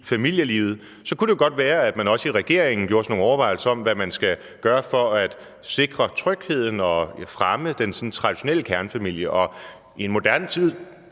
familielivet – kunne det jo godt være, at man også i regeringen gjorde sig nogle overvejelser om, hvad man skal gøre for at sikre trygheden og fremme den sådan traditionelle kernefamilie. I en moderne tid